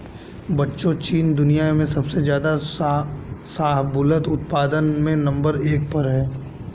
बच्चों चीन दुनिया में सबसे ज्यादा शाहबूलत उत्पादन में नंबर एक पर है